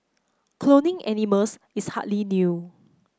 cloning animals is hardly new